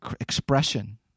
expression